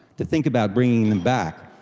to think about bringing them back,